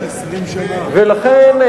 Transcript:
ולכן,